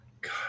God